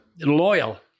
Loyal